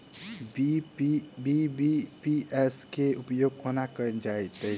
BBPS केँ उपयोग केना कएल जाइत अछि?